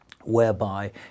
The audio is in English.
whereby